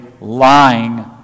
lying